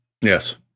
Yes